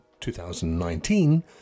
2019